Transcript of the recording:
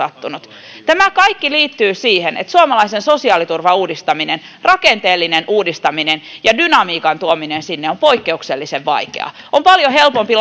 sattunut tämä kaikki liittyy siihen että suomalaisen sosiaaliturvan uudistaminen rakenteellinen uudistaminen ja dynamiikan tuominen sinne on on poikkeuksellisen vaikeaa on paljon helpompi